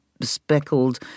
speckled